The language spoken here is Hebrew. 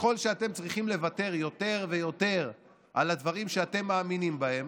ככל שאתם צריכים לוותר יותר ויותר על הדברים שאתם מאמינים בהם,